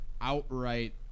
outright